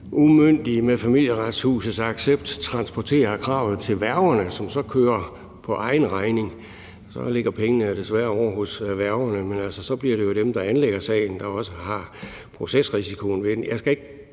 umyndige med Familieretshusets accept transporterer kravet til værgerne, som så kører på egen regning. Så ligger pengene desværre ovre hos værgerne, men så bliver det jo dem, der anlægger sagen, der også har procesrisikoen ved det. Jeg skal ikke